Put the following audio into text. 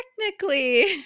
technically